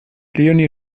leonie